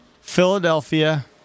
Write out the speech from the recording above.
Philadelphia